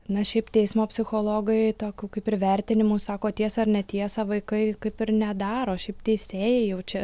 na šiaip teismo psichologai tokių kaip ir vertinimų sako tiesą ar netiesą vaikai kaip ir nedaro šiaip teisėjai jau čia